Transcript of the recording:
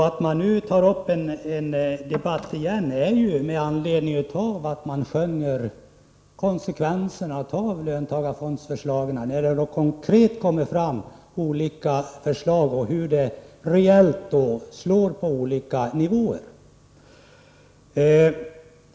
Att vi nu får en ny debatt i ämnet beror på att man konkret erfar konsekvensen av löntagarfondsförslaget och hur vinstdelningsskatten reellt slår på olika nivåer.